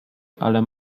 ale